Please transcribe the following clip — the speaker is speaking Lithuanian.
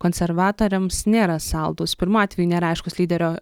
konservatoriams nėra saldūs pirmu atveju nėra aiškus lyderio